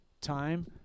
time